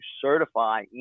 certify